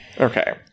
Okay